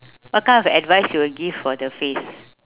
what kind of advice you would give for the face